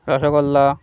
rasgulla